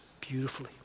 beautifully